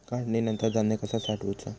काढणीनंतर धान्य कसा साठवुचा?